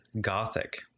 gothic